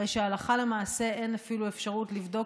הרי שהלכה למעשה אין אפילו אפשרות לבדוק